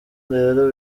rero